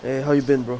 eh how have you been bro